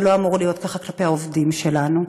זה לא אמור להיות ככה כלפי העובדים שלנו,